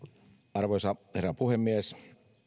arvoisa herra puhemies